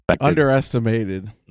Underestimated